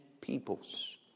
peoples